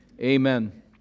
Amen